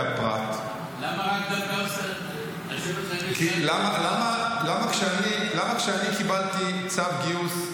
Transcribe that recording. הפרט --- למה דווקא --- למה כשאני קיבלתי צו גיוס,